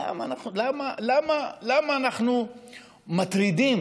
למה אנחנו מטרידים